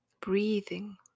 breathing